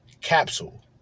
Capsule